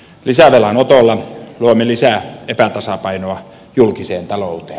lisävelanotolla luomme lisää epätasapainoa julkiseen talouteen